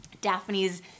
Daphne's